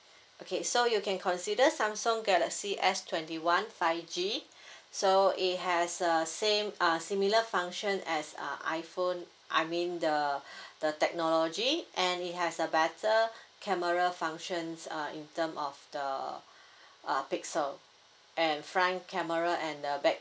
okay so you can consider samsung galaxy S twenty one five G so it has a same uh similar function as a iphone I mean the the technology and it has a better camera functions uh in term of the uh pixel and front camera and the back